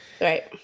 Right